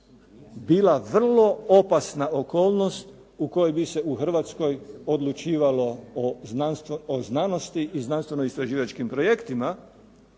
bila vrlo opasna okolnost u kojoj bi se u Hrvatskoj odlučivalo o znanosti i znanstveno-istraživačkim projektima